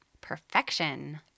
perfection